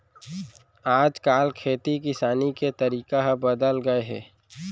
आज काल खेती किसानी के तरीका ह बदल गए हे